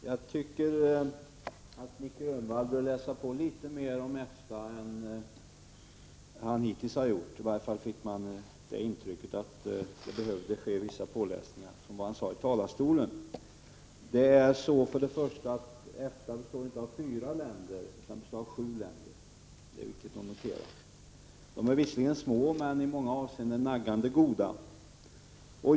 Herr talman! Egentligen är mitt anförande i första hand en replik. Jag tycker att Nic Grönvall bör läsa på litet mera om EFTA än han hittills har gjort. I varje fall fick man av det han sade i talarstolen intrycket att det behövdes viss påläsning. Först och främst består EFTA inte av fyra utan av sju länder, det är viktigt att notera. Dessa länder är visserligen små men i många avseenden naggande goda.